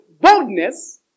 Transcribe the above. boldness